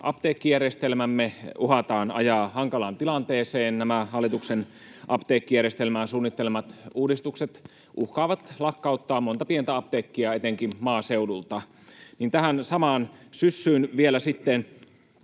apteekkijärjestelmämme uhataan ajaa hankalaan tilanteeseen — nämä hallituksen apteekkijärjestelmään suunnittelemat uudistukset uhkaavat lakkauttaa monta pientä apteekkia etenkin maaseudulta — tähän samaan syssyyn sitten